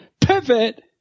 pivot